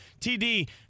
TD